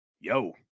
yo